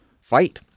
fight